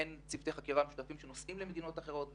אין צוותי חקירה שנוסעים למדינות אחרות.